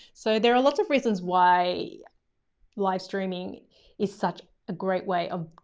so there are lots of reasons why live streaming is such a great way of,